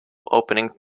opening